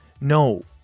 no